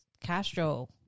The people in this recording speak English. Castro